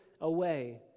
away